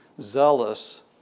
zealous